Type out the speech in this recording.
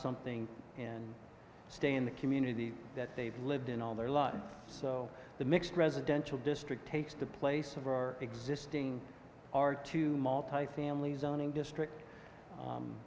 something and stay in the community that they've lived in all their life so the mixed residential district takes the place of our existing are two multifamily zoning district